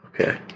Okay